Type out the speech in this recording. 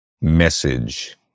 message